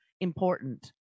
important